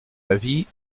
avis